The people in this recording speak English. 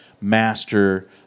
master